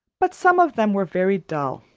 but some of them were very dull,